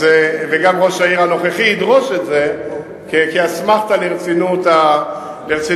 וגם ראש העיר הנוכחי ידרוש את זה כאסמכתה לרצינות העניין.